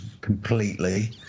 completely